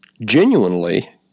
genuinely